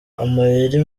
amayeri